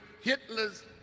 Hitler's